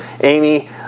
Amy